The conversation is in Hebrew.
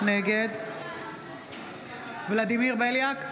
נגד ולדימיר בליאק,